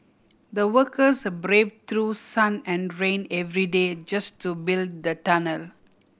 the workers brave through sun and rain every day just to build the tunnel